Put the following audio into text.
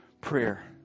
prayer